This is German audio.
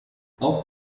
auch